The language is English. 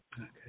okay